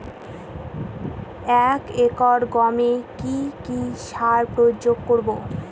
এক একর গমে কি কী সার প্রয়োগ করব?